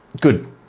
good